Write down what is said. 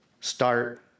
start